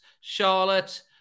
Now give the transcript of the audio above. Charlotte